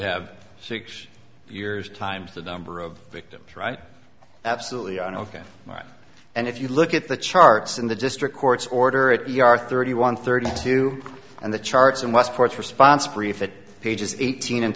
have six years times the number of victims right absolutely on oka right and if you look at the charts in the district court's order at the r thirty one thirty two and the charts in westport response brief it pages eighteen and